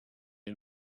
and